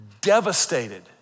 devastated